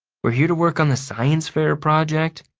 we're here to work on the science-fair project.